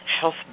health